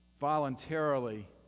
voluntarily